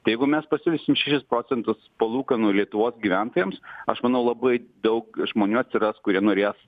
jeigu mes pasiūlysim šešis procentus palūkanų lietuvos gyventojams aš manau labai daug žmonių atsiras kurie norės